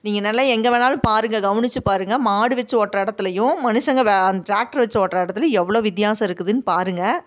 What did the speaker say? நீங்கள் நல்லா எங்கே வேண்ணாலும் பாருங்க கவனித்து பாருங்க மாடு வெச்சு ஓட்டுற இடத்துலையும் மனுஷங்கள் அந்த ட்ராக்ட்ரை வெச்சு ஓட்டுற இடத்துலையும் எவ்வளோ வித்தியாசம் இருக்குதுனு பாருங்க